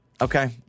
Okay